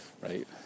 right